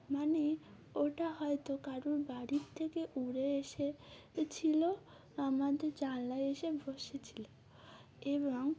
মানে ওটা হয়তো কারুর বাড়ির থেকে উড়ে এসে ছিলো আমাদের জানালায় এসে বসেছিলো এবং